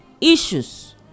issues